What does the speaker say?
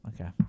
Okay